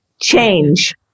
Change